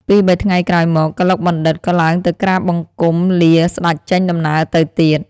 ពីរបីថ្ងៃក្រោយមក កឡុកបណ្ឌិត ក៏ឡើងទៅក្រាបបង្គំលាស្តេចចេញដំណើរទៅទៀត ។